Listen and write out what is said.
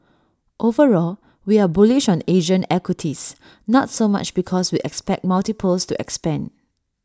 overall we are bullish on Asian equities not so much because we expect multiples to expand